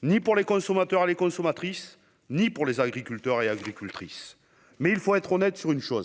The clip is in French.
pas plus pour les consommateurs et les consommatrices que pour les agriculteurs et les agricultrices. Mais il faut être honnête sur un point